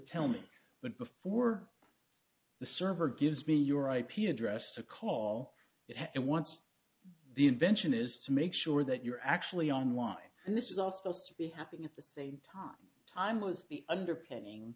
tell me but before the server gives me your ip address to call it once the invention is to make sure that you're actually online and this is all supposed to be happening at the same time time was the underpinning